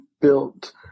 built